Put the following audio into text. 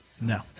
No